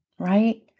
right